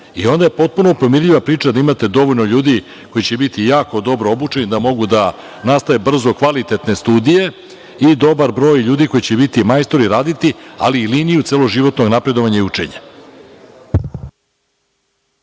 Onda je potpuno pomirljiva priča da imate dovoljno ljudi koji će biti jako dobro obučeni da mogu da nastave brzo kvalitetne studije i dobar broj ljudi koji će biti majstori, raditi, ali i liniju celoživotnog napredovanja i učenja.